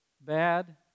bad